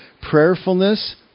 Prayerfulness